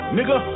Nigga